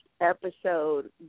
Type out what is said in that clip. episode